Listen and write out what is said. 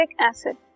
acid